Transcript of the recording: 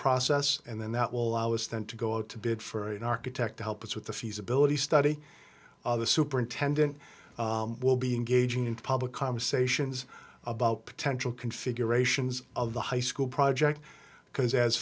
process and then that will allow us then to go out to bid for an architect to help us with the feasibility study the superintendent will be engaging in public conversations about potential configurations of the high school project because as